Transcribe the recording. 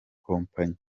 kompanyi